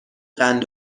قند